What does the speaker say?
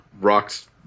rocks